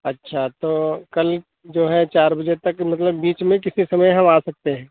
अच्छा तो कल जो है चार बजे तक मतलब बीच में किसी समय हम आ सकते हैं